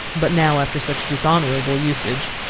but now, after such dishonorable usage,